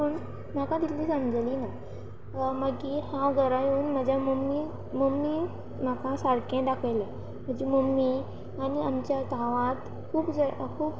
पूण म्हाका तितली समजली ना मागीर हांव घरा येवन म्हज्या मम्मी मम्मी म्हाका सारकें दाखयलें म्हजी मम्मी आनी आमच्या गांवांत खूब जर खूब